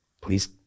please